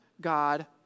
God